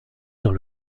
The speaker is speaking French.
dans